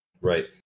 right